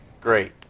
Great